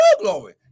glory